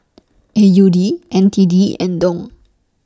A U D N T D and Dong